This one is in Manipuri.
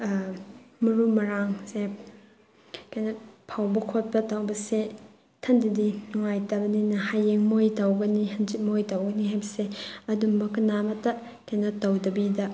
ꯃꯔꯨ ꯃꯔꯥꯡꯁꯦ ꯀꯩꯅꯣ ꯐꯧꯕ ꯈꯣꯠꯄ ꯇꯧꯕꯁꯦ ꯏꯊꯟꯇꯗꯤ ꯅꯨꯡꯉꯥꯏꯇꯕꯅꯤꯅ ꯍꯌꯦꯡ ꯃꯣꯏ ꯇꯧꯒꯅꯤ ꯍꯥꯡꯁꯤꯠ ꯃꯣꯏ ꯇꯧꯒꯅꯤ ꯍꯥꯏꯕꯁꯦ ꯑꯗꯨꯝꯕ ꯀꯅꯥꯃꯠꯇ ꯀꯩꯅꯣ ꯇꯧꯗꯕꯤꯗ